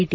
T